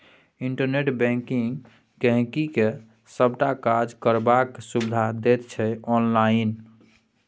internet banking गांहिकी के सबटा काज करबाक सुविधा दैत छै आनलाइन